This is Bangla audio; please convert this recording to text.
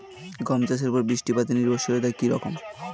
গম চাষের উপর বৃষ্টিপাতে নির্ভরশীলতা কী রকম?